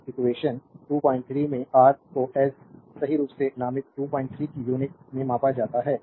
तो इक्वेशन 23 में R को as सही के रूप में नामित 23 की यूनिट में मापा जाता है